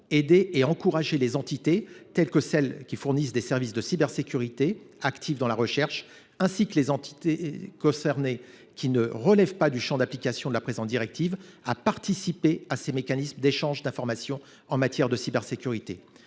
aider et encourager les entités, telles que celles fournissant des services de cybersécurité et actives dans la recherche, ainsi que les entités concernées qui ne relèvent pas du champ d’application de la présente directive, à participer à ces mécanismes d’échange d’informations en matière de cybersécurité.